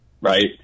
right